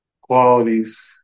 qualities